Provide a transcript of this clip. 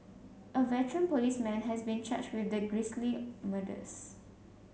a veteran policeman has been charged with the grisly murders